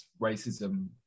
racism